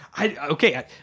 okay